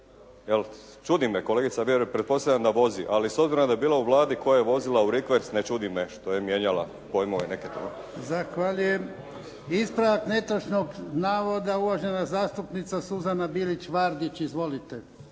Čudi me, kolegica pretpostavljam da vozi, ali s obzirom da je bila u Vladi koja je vozila u rikverc ne čudi me što je mijenjala pojmove. **Jarnjak, Ivan (HDZ)** Zahvaljujem. Ispravak netočnog navoda, uvažena zastupnica Suzana Bilić Vardić. Izvolite.